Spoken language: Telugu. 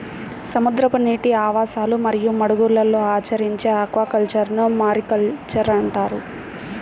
సముద్రపు నీటి ఆవాసాలు మరియు మడుగులలో ఆచరించే ఆక్వాకల్చర్ను మారికల్చర్ అంటారు